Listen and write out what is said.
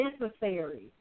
necessary